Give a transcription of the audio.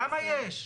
כמה יש?